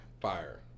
Fire